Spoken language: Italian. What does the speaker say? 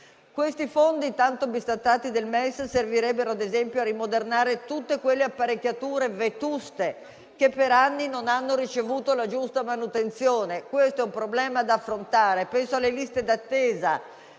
I fondi tanto bistrattati del MES servirebbero, ad esempio, a rimodernare tutte quelle apparecchiature vetuste che per anni non hanno ricevuto la giusta manutenzione. Questo è un problema da affrontare: penso alle liste d'attesa